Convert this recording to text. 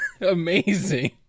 amazing